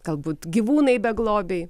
galbūt gyvūnai beglobiai